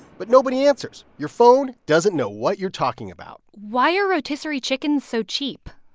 but nobody answers. your phone doesn't know what you're talking about why are rotisserie chickens so cheap?